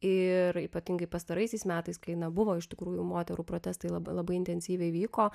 ir ypatingai pastaraisiais metais kai na buvo iš tikrųjų moterų protestai laba labai intensyviai vyko